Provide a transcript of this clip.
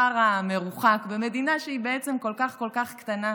בספר המרוחק, במדינה שהיא בעצם כל כך כל כך, קטנה,